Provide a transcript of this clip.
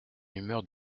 humeur